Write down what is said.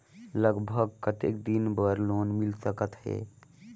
लगभग कतेक दिन बार लोन मिल सकत हे?